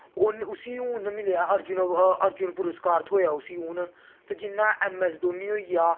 हून उस्सी हून मिलेआ अर्जुन अवार्ड़ अर्जुन पुरस्कार थ्होआ उस्सी हून ते जि'यां ऐम्म ऐस्स धोनी होई गेआ